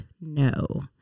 No